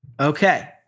Okay